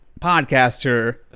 podcaster